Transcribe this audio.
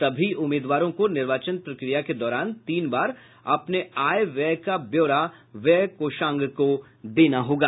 सभी उम्मीदवारों को निर्वाचन प्रक्रिया के दौरान तीन बार अपने आय व्यय का ब्यौरा व्यय कोषांग को देना होगा